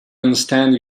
understand